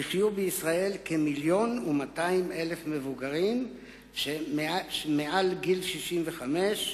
יחיו בישראל כ-1.2 מיליון מבוגרים מעל גיל 65,